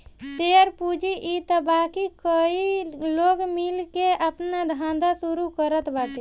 share पूंजी इ होत बाकी कई लोग मिल के आपन धंधा शुरू करत बाटे